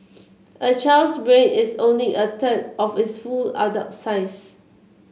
a child's brain is only a third of its full adult size